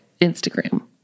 Instagram